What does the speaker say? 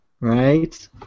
right